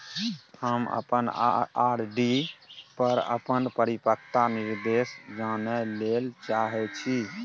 हम अपन आर.डी पर अपन परिपक्वता निर्देश जानय ले चाहय छियै